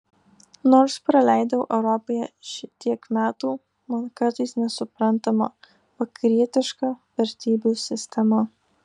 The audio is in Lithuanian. nors praleidau europoje šitiek metų man kartais nesuprantama vakarietiška vertybių sistema